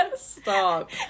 Stop